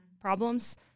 problems